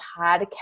podcast